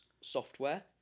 software